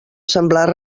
semblant